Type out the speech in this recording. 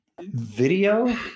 video